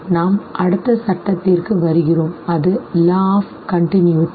நாம் அடுத்த சட்டத்திற்கு வருகிறோம் அது law of continuity சரி